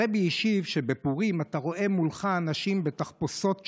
הרבי השיב שבפורים אתה רואה מולך אנשים בתחפושות שונות: